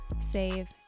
save